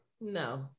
no